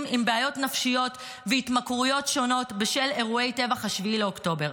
עם בעיות נפשיות והתמכרויות שונות בשל אירועי טבח 7 באוקטובר.